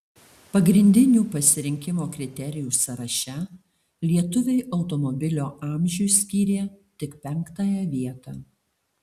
pagrindinių pasirinkimo kriterijų sąraše lietuviai automobilio amžiui skyrė tik penktąją vietą